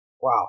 Wow